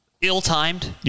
Ill-timed